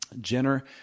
Jenner